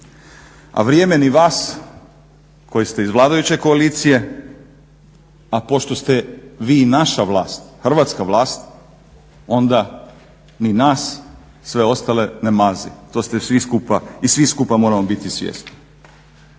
A vrijeme ni vas koji ste iz vladajuće koalicije, a pošto ste vi naša vlast, hrvatska vlast onda ni nas sve ostale ne mazi. To ste svi skupa i svi skupa moramo biti svjesni.